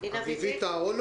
של איסוף נתונים ואיסוף מתמשך.